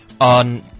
On